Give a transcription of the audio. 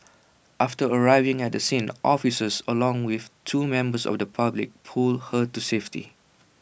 after arriving at the scene officers along with two members of the public pulled her to safety